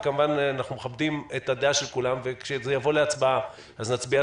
וכמובן שאנחנו מכבדים את הדעה של כולם וכשזה יבוא להצבעה נצביע,